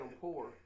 poor